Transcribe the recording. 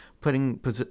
putting